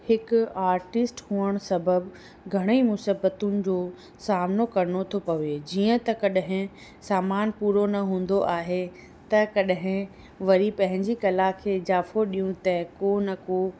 हिकु आर्टिस्ट हुअणु सबबि घणई मुसीबतुनि जो सामनो करिणो थो पवे जीअं त कॾहिं सामानु पूरो न हूंदो आहे त कॾहिं वरी पंहिंजी कला खे इज़ाफ़ो ॾियूं त को न को